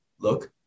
look